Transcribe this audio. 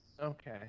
Okay